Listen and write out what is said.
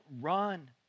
run